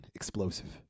explosive